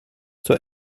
zur